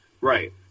right